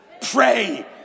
pray